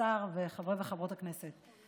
השר וחברי וחברות הכנסת,